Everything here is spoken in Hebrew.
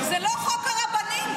זה לא חוק הרבנים.